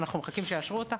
אנחנו מחכים שיאשרו אותה,